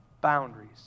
boundaries